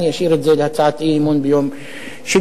אני אשאיר את זה להצעת אי-אמון ביום שני.